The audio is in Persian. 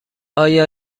آیا